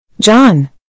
John